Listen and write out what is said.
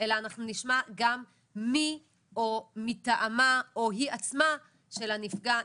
אלא אנחנו נשמע גם מי מטעמה או היא עצמה של הנפגעת.